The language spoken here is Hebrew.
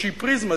איזושהי פריזמה,